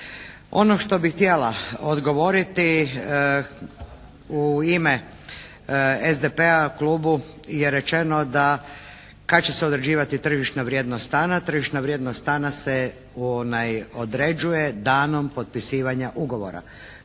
Ono što bih htjela odgovoriti u ime SDP-a klubu je rečeno da kad će se određivati tržišna vrijednost stana. Tržišna vrijednost stana se određuje danom potpisivanja ugovora.